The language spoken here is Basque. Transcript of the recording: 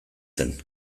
zen